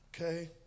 Okay